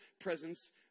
presence